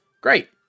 great